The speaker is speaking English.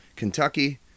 Kentucky